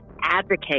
advocate